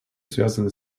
связанные